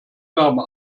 wärme